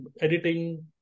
editing